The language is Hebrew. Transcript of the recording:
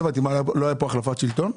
מה, לא היתה פה החלפת שלטון?